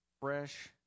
fresh